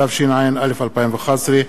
התשע”א 2011,